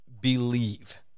believe